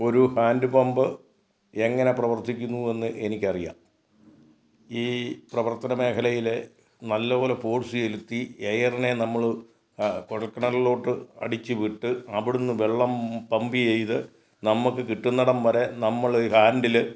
ഒരു hand pump എങ്ങനെ പ്രവർത്തിക്കുന്നു എന്ന് എനിക്ക് അറിയാം ഈ പ്രവർത്തന മേഖലയിൽ നല്ല പോലെ ഫോഴ്സ് ചെലുത്തി എയറിനെ നമ്മൾ കുഴൽ കിണറിലോട്ട് അടിച്ച് വിട്ട് അവിടെ നിന്ന് വെള്ളം പമ്പ് ചെയ്ത് നമുക്ക് കിട്ടുന്നിടം വരെ നമ്മൾ ഹാൻഡിൽ